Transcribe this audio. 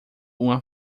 uma